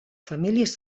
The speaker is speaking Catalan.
famílies